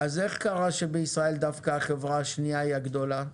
אז איך קרה שבישראל דווקא החברה השנייה היא הגדולה,